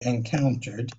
encountered